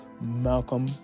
Malcolm